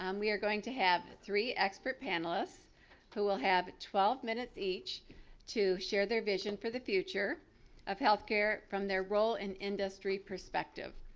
um we're going to have three expert panelists who will have twelve minutes each to share their vision for the future of healthcare from their role in industry perspective.